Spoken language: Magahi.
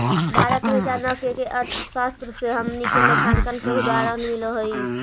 भारत में चाणक्य के अर्थशास्त्र से हमनी के लेखांकन के उदाहरण मिल हइ